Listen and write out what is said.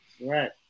Right